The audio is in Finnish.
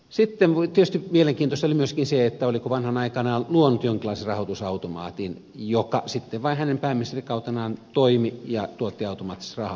sitten tietysti mielenkiintoista oli myöskin se oliko vanhanen aikanaan luonut jonkinlaisen rahoitusautomaatin joka sitten vain hänen pääministerikautenaan toimi ja tuotti automaattisesti rahaa